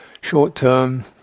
short-term